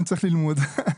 אז ככה,